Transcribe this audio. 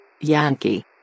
Yankee